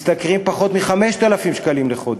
משתכרים פחות מ-5,000 שקלים לחודש,